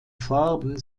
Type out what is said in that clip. farben